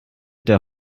der